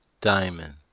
diamond